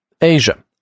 asia